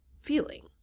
feeling